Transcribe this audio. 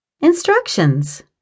Instructions